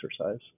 exercise